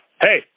Hey